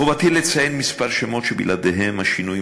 מחובתי לציין כמה שמות שבלעדיהם השינויים